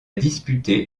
disputé